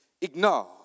ignore